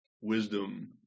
wisdom